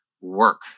work